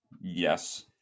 Yes